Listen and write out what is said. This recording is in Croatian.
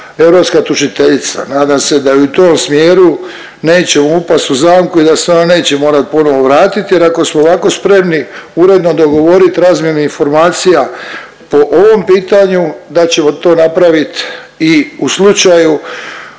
europska tužiteljica. Nadam se da i u tom smjeru nećemo upast u zamku i da se ona neće morat ponovo vratiti jer ako smo ovako spremni uredno dogovorit razmjenu informacija po ovom pitanju da ćemo to napravit i u slučaju